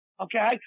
okay